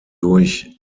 durch